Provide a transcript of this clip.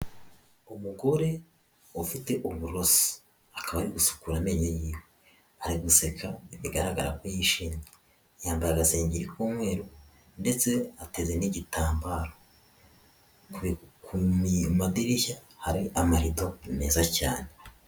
Umugore ufite uburoso akaba ari gusukura amenyo ye, ari guseka bigaragara ko yishimye yambaye agasengengeri k'umweru ndetse ateze n'igitambaro, ku madirishya hari amarido meza cyane.